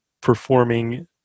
performing